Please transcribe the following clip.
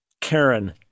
Karen